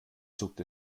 zuckte